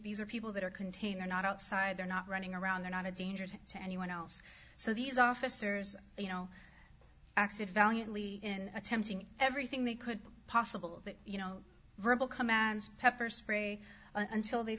these are people that are contained they're not outside they're not running around they're not a danger to anyone else so these officers you know acted valiantly in attempting everything they could possible that you know verbal commands pepper spray until they